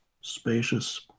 spacious